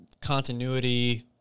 continuity